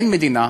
אין מדינה,